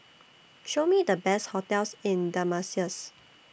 Show Me The Best hotels in Damascus